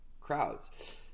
crowds